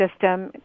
system